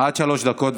עד שלוש דקות,